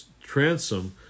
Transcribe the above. transom